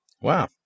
Wow